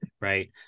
right